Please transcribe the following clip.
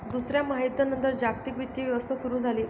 दुसऱ्या महायुद्धानंतर जागतिक वित्तीय व्यवस्था सुरू झाली